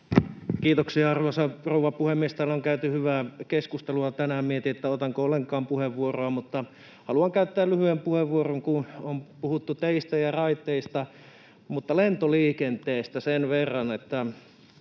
Kiitoksia, arvoisa rouva puhemies! Täällä on käyty hyvää keskustelua tänään. Mietin, että otanko ollenkaan puheenvuoroa, mutta haluan käyttää lyhyen puheenvuoron, kun on puhuttu teistä ja raiteista, mutta lentoliikenteestä sen verran,